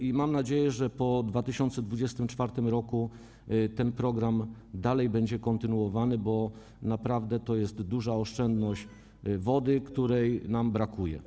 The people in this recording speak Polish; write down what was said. I mam nadzieję, że po 2024 r. ten program będzie kontynuowany, bo naprawdę to jest duża oszczędność wody, której nam brakuje.